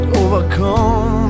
overcome